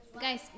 guys